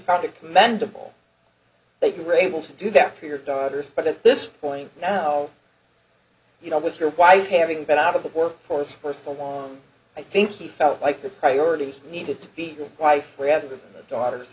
found a commendable that you're able to do that here daughters but at this point now you know with your wife having been out of the workforce for so long i think she felt like the priority needed to be the wife rather than the daughters